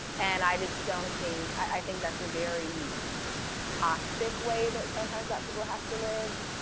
and i just don't think, i think that's a very toxic way that sometimes that people have to live,